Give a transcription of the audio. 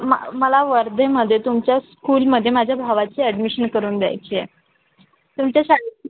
मं मला वर्धेमध्ये तुमच्या स्कूलमध्ये माझ्या भावाची ॲडमिशन करून द्यायची आहे तुमच्या शाळेची